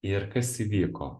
ir kas įvyko